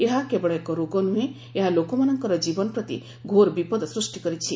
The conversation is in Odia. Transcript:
ଏହା କେବଳ ଏକ ରୋଗ ନୁହେଁ ଏହା ଲୋକମାନଙ୍କର ଜୀବନ ପ୍ରତି ଘୋର ବିପଦ ସୃଷ୍ଟି କରିଛି